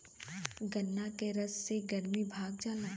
गन्ना के रस से गरमी भाग जाला